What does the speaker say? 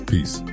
Peace